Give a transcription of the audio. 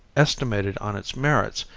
estimated on its merits,